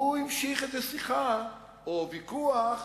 הוא המשיך איזו שיחה, או ויכוח,